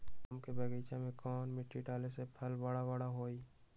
आम के बगीचा में कौन मिट्टी डाले से फल बारा बारा होई?